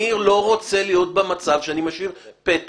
אני לא רוצה להיות במצב שאני משאיר פתח.